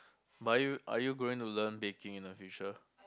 but are you are you going to learn baking in the future